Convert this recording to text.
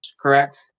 correct